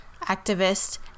activist